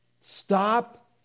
Stop